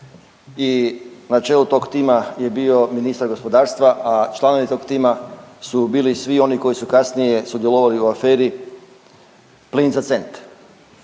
i na čelu tog tima je bio ministar gospodarstva, a članovi tog tima su bili svi oni koji su kasnije sudjelovali u aferi „Plin za cent“.